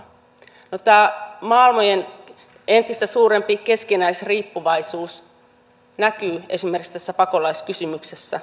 no tämä maailmojen entistä suurempi keskinäisriippuvaisuus näkyy esimerkiksi tässä pakolaiskysymyksessä